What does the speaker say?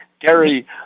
Gary